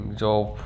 job